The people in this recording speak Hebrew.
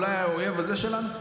אולי ה-אויב שלנו,